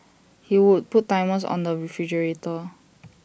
he would put timers on the refrigerator